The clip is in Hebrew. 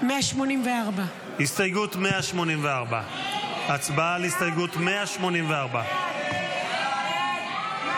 184. הסתייגות 184. הצבעה על הסתייגות 184. הסתייגות 184 לא